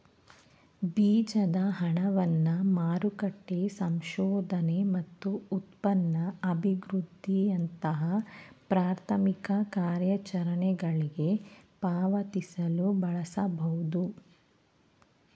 ಬೀಜದ ಹಣವನ್ನ ಮಾರುಕಟ್ಟೆ ಸಂಶೋಧನೆ ಮತ್ತು ಉತ್ಪನ್ನ ಅಭಿವೃದ್ಧಿಯಂತಹ ಪ್ರಾಥಮಿಕ ಕಾರ್ಯಾಚರಣೆಗಳ್ಗೆ ಪಾವತಿಸಲು ಬಳಸಬಹುದು